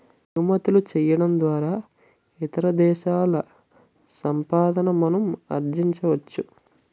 ఎగుమతులు చేయడం ద్వారా ఇతర దేశాల సంపాదన మనం ఆర్జించవచ్చు